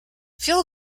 fuel